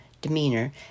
demeanor